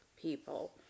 people